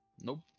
Nope